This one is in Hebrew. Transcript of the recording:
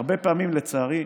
הרבה פעמים, לצערי,